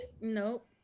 Nope